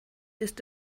ist